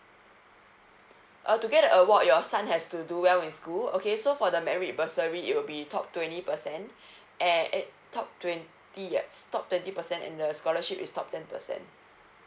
uh to get the award your son has to do well in school okay so for the merit bursary it'll be top twenty percent and eh top twenty ah top twenty percent and the scholarship is top ten percent